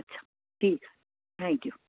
अछा ठीकु आहे थैंक यू